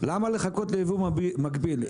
למה לחכות לייבוא מקביל?